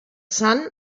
sun